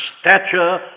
stature